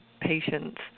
patients